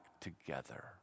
together